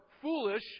foolish